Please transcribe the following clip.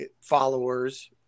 followers